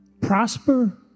prosper